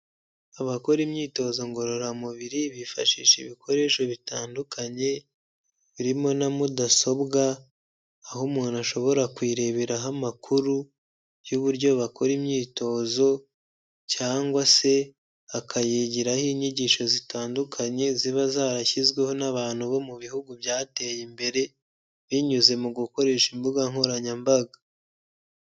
Abakora imyitozo ngororamubiri bifashisha ibikoresho bitandukanye, birimo na mudasobwa, aho umuntu ashobora kuyireberaho amakuru, y'uburyo bakora imyitozo, cyangwa se akayigiraho inyigisho zitandukanye, ziba zarashyizweho n'abantu bo mu bihugu byateye imbere, binyuze mu gukoresha imbuga nkoranyambaga.